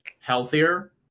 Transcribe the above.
healthier